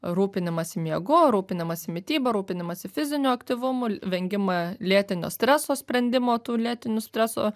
rūpinimąsi miegu rūpinimąsi mityba rūpinimąsi fiziniu aktyvumu vengimą lėtinio streso sprendimo tų lėtinių streso